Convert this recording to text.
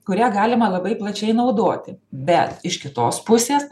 kurią galima labai plačiai naudoti bet iš kitos pusės